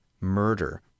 murder